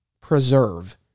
preserve